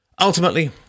Ultimately